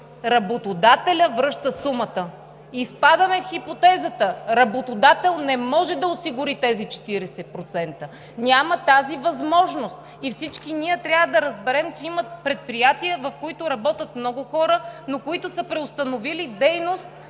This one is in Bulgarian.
работодателят връща сумата. Изпадаме в хипотезата, че работодател не може да осигури тези 40%, няма тази възможност. И всички ние трябва да разберем, че има предприятия, в които работят много хора, но които са преустановили дейност